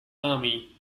army